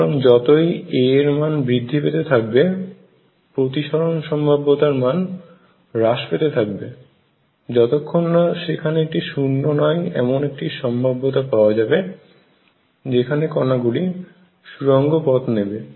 সুতরাং যতই a এর মান বৃদ্ধি পেতে থাকবে প্রতিসরণ সম্ভাব্যতার মান হ্রাস পেত থাকবে যতক্ষণ না সেখানে একটি শুন্য নয় এমন একটি সম্ভাব্যতা পাওয়া যাবে যেখানে কণাগুলি সুরঙ্গ পথ নেবে